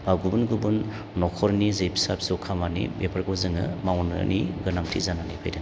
बा गुबुन गुबुन न'खरनि जे फिसा फिसौ खामानि बेफोरखौ जोङो मावनायनि गोनांथि जानानै फैदों